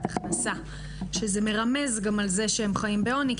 הכנסה שזה מרמז גם על זה שהם חיים בעוני,